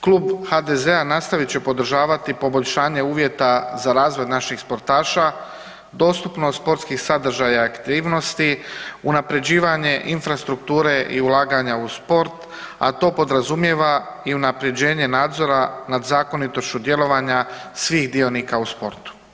Klub HDZ-a nastavit će podržavati poboljšanje uvjeta za razvoj naših sportaša, dostupnost sportskih sadržaja i aktivnosti, unaprjeđivanje infrastrukture i ulaganja u sport, a to podrazumijeva i unaprjeđenje nadzora nad zakonitošću djelovanja svih dionika u sportu.